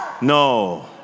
No